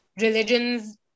religions